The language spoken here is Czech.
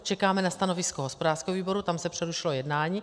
Čekáme na stanovisko hospodářského výboru, tam se přerušilo jednání.